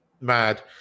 mad